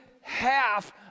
half